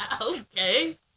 Okay